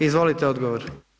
Izvolite odgovor.